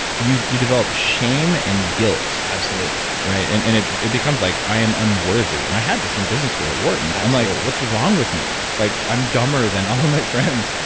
you you develop shame and guilt absolutely right? and and it it becomes like, i am unworthy. and i had this in business school at wharton absolutely i'm like, what's wrong with me? like i'm dumber than all my friends.